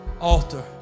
altar